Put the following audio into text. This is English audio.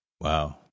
Wow